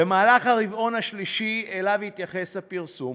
במהלך הרבעון השלישי, שאליו התייחס הפרסום,